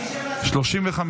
הצבעה.